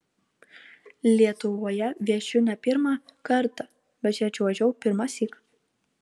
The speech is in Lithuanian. lietuvoje viešiu ne pirmą kartą bet čia čiuožiau pirmąsyk